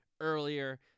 earlier